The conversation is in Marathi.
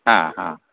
हां हां